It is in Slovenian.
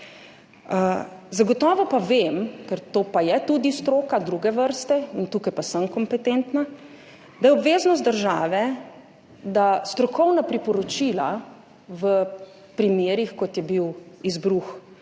zagotovo pa vem, ker to pa je tudi stroka druge vrste in tukaj pa sem kompetentna, da je obveznost države, da strokovna priporočila v primerih, kot je bil izbruh